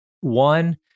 One